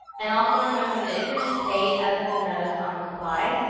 and, also remember that if you're in a state other than those on the slide,